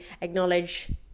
acknowledge